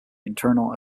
internal